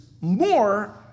more